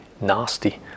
nasty